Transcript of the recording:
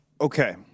Okay